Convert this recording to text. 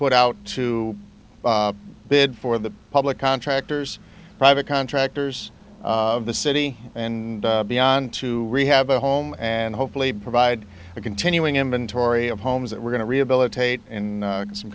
put out to bid for the public contractors private contractors of the city and beyond to have a home and hopefully provide a continuing inventory of homes that we're going to rehabilitate in some